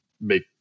make